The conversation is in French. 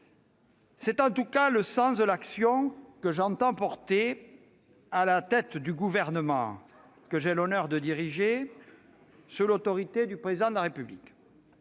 C'est en tout cas le sens de l'action que j'entends mener à la tête du Gouvernement que j'ai l'honneur de diriger, sous l'autorité du Président de la République.